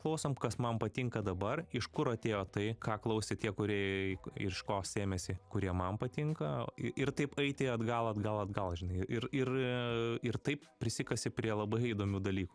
klausom kas man patinka dabar iš kur atėjo tai ką klausė tie kūrėjai ir iš ko sėmėsi kurie man patinka ir ir taip eiti atgal atgal atgal žinai ir ir ir taip prisikasi prie labai įdomių dalykų